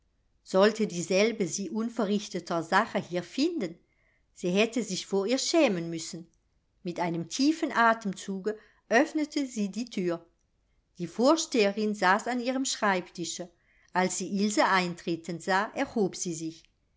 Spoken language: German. sollte dieselbe sie unverrichteter sache hier finden sie hätte sich vor ihr schämen müssen mit einem tiefen atemzuge öffnete sie die thür die vorsteherin saß an ihrem schreibtische als sie ilse eintreten sah erhob sie sich